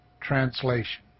translation